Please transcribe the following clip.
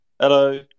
Hello